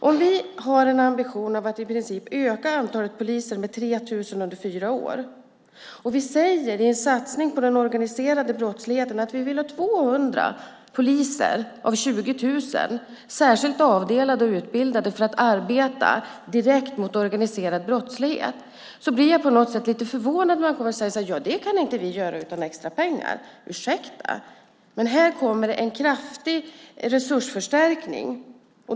Har vi en ambition att i princip öka antalet poliser med 3 000 under fyra år och vi säger i en satsning som gäller den organiserade brottsligheten att vi vill ha 200 poliser av 20 000 särskilt avdelade och utbildade för att arbeta direkt mot organiserad brottslighet blir jag lite förvånad när man kommer och säger att man inte kan göra det utan extra pengar. Ursäkta? Här kommer en kraftig resursförstärkning.